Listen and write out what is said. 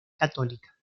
católica